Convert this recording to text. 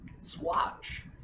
Swatch